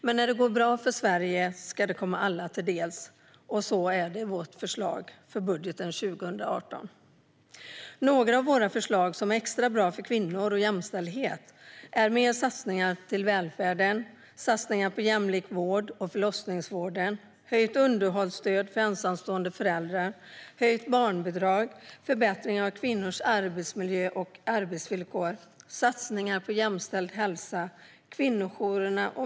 Men när det går bra för Sverige ska det komma alla till del, och så är det i vårt förslag till budget för 2018. Jag ska nämna några av våra förslag som är extra bra för kvinnor och jämställdhet. Det är mer satsningar på välfärden. Det är satsningar på en jämlik vård och på förlossningsvården. Det är höjt underhållsstöd för ensamstående föräldrar. Det är höjt barnbidrag. Det är förbättringar av kvinnors arbetsmiljö och arbetsvillkor. Det är satsningar på en jämställd hälsa och på kvinnojourerna.